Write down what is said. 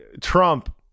Trump